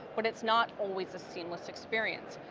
but it's not always a seamless experience.